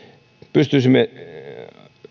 pystyisimme